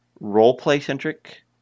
roleplay-centric